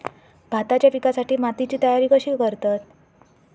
भाताच्या पिकासाठी मातीची तयारी कशी करतत?